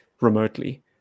remotely